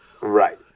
Right